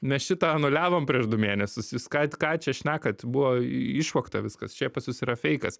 mes šitą anuliavom prieš du mėnesius jūs ką ką čia šnekat buvo išvogta viskas čia pas jus yra feikas